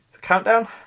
countdown